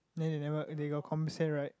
then they never they got compensate right